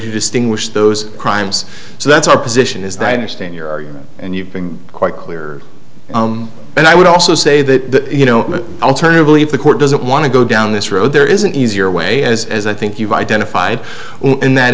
to distinguish those crimes so that's our position is that your stand your argument and you've been quite clear and i would also say that you know alternatively if the court doesn't want to go down this road there is an easier way as i think you've identified and that